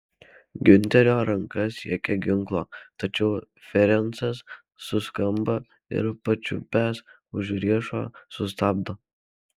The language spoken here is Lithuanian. giunterio ranka siekia ginklo tačiau ferencas suskumba ir pačiupęs už riešo sustabdo